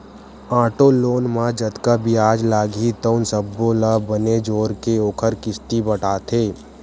auto loan म जतका बियाज लागही तउन सब्बो ल बने जोरके ओखर किस्ती बाटथे